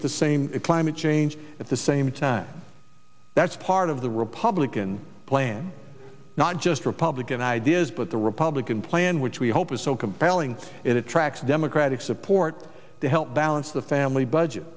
at the same climate change at the same time that's part of the republican plan not just republican ideas but the republican plan which we hope is so compelling it attracts democratic support to help balance the family budget